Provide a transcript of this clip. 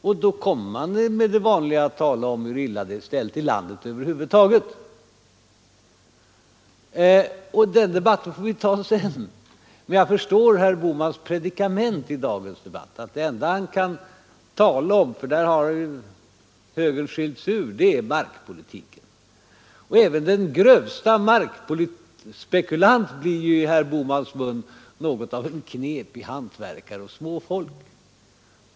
Och då kommer han med det vanliga talet om hur illa det är ställt över huvud taget i landet. Den debatten får vi ta sedan, men jag förstår herr Bohmans predikament i dagens debatt. Det enda han kan tala om — för där har ju högern skyllt sig ut — är markpolitiken. Även den grövsta markspekulant blir i herr Bohmans mun något av knepig hantverkare och småfolk.